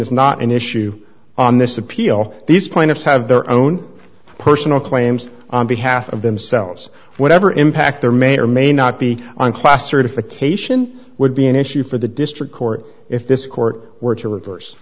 is not an issue on this appeal these plaintiffs have their own personal claims on behalf of themselves whatever impact there may or may not be on class certification would be an issue for the district court if this court were to reverse